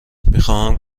میخواهم